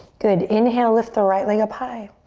good, inhale, lift the right leg up high.